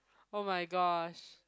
oh-my-gosh